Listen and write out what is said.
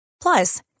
Plus